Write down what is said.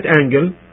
angle